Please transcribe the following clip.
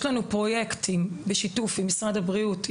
יש לנו פרויקטים בשיתוף עם משרד הבריאות,